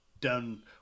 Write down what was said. done